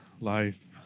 Life